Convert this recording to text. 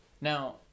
Now